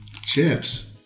Chips